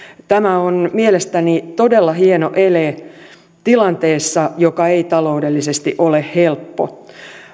tämä on mielestäni todella hieno ele tilanteessa joka ei taloudellisesti ole helppo